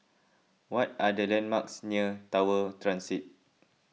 what are the landmarks near Tower Transit